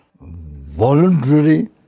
voluntarily